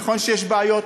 נכון שיש בעיות,